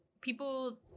people